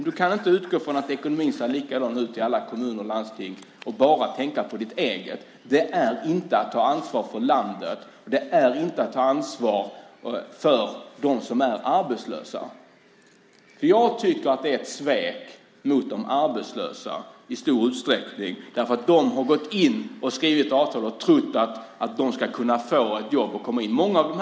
Du kan inte utgå från att ekonomin ser likadan ut i alla kommuner och landsting och bara tänka på ditt eget. Det är inte att ta ansvar för landet. Det är inte att ta ansvar för dem som är arbetslösa. Jag tycker att det är ett svek mot de arbetslösa i stor utsträckning, därför att de har gått in och skrivit på avtal och trott att de ska kunna få ett jobb och komma in på arbetsmarknaden.